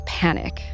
panic